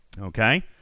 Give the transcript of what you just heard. Okay